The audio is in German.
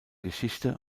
geschichte